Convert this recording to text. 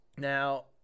Now